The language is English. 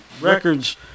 records